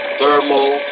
thermal